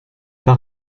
pas